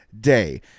day